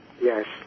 Yes